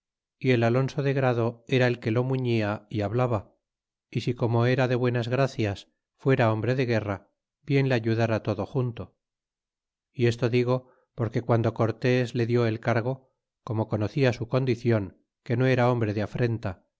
y el alonso de grado era el que lo muilia e hablaba y si como era de buenas gracias fuera hombre de guerra bien le ayudara todo junto y esto digo porque cuando nuestro cortés le dió el cargo como conocia su condicion que no era hombre de afrenta